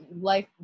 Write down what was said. life